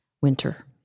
Winter